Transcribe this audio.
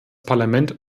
parlament